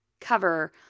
cover